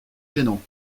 gênant